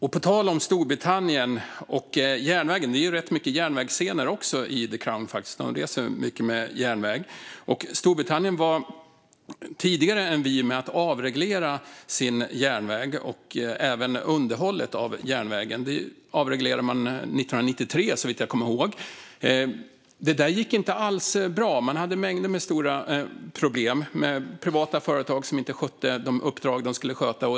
På tal om Storbritannien och järnvägen är det rätt många järnvägscener i The Crown . De reser mycket med tåg. Storbritannien var tidigare än vi med att avreglera sin järnväg och även underhållet av järnvägen. Det gjorde man 1993, såvitt jag kommer ihåg. Det gick inte alls bra. Man hade mängder med stora problem med privata företag som inte skötte de uppdrag de skulle sköta.